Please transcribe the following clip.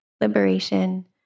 liberation